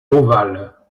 ovale